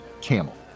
Camel